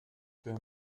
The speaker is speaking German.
der